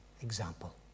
example